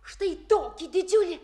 štai tokį didžiulį